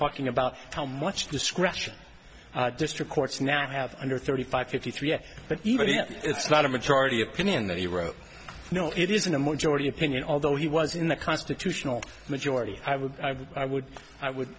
talking about how much discretion district courts now have under thirty five fifty three but even if it's not a majority opinion that he wrote no it isn't a majority opinion although he was in the constitutional majority i would i would i would